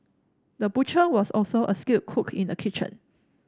the butcher was also a skilled cook in the kitchen